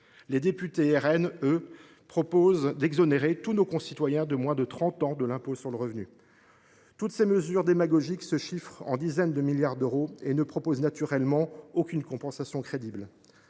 Les députés RN ont quant à eux proposé d’exonérer tous nos concitoyens de moins de 30 ans de l’impôt sur le revenu… Toutes ces mesures démagogiques se chiffrent en dizaines de milliards d’euros et ne proposent naturellement aucune compensation crédible.